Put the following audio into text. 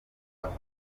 aho